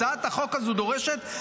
הצעת החוק הזאת דורשת,